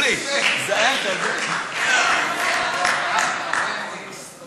אז אני אדווח כשיחזור לכאן לשידור.